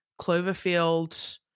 Cloverfield